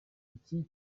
iki